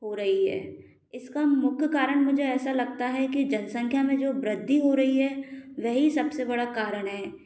हो रही है इसका मुख्य कारण मुझे ऐसा लगता है कि जनसंख्या में जो वृद्धि हो रही है वही सबसे बड़ा कारण है